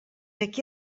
aquí